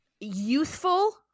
youthful